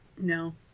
No